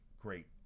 great